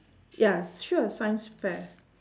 ya sure science fair